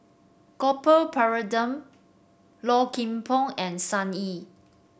Gopal Baratham Low Kim Pong and Sun Yee